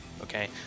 okay